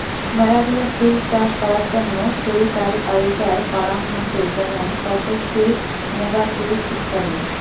মেলাগিলা সিল্ক চাষ করার তন্ন সেরিকালকালচার করাঙ হসে যেমন তসর সিল্ক, মুগা সিল্ক ইত্যাদি